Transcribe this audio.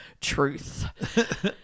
truth